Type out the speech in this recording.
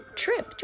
trip